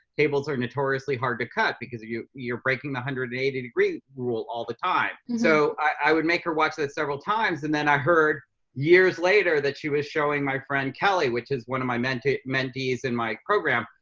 tables are notoriously hard to cut because of you you're breaking the one hundred and eighty degree rule all the time. so i would make her watch that several times and then i heard years later that she was showing my friend kelly, which is one of my mentees mentees in my program,